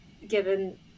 given